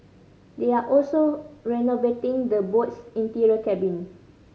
they are also renovating the boat's interior cabin